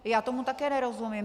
Já tomu také nerozumím.